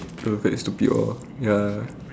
okay stupid all ya